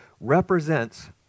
represents